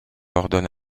ordonne